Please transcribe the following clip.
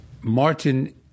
Martin